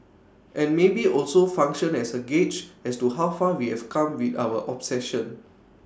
and maybe also function as A gauge as to how far we have come with our obsession